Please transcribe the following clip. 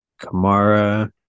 kamara